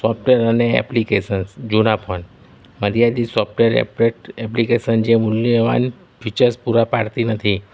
software અને application જૂના phone માર્યાદિત સોફ્ટવેર અપડેટ એપ્લિકેશન જે મૂલ્યવાન ફીચર્સ પૂરા પાડતી નથી